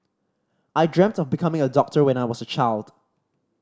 I dreamt of becoming a doctor when I was a child